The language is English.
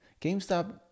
GameStop